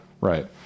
Right